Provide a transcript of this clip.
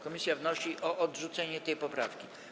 Komisja wnosi o odrzucenie tej poprawki.